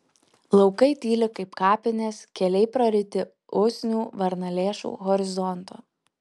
laukai tyli kaip kapinės keliai praryti usnių varnalėšų horizonto